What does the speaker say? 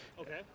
Okay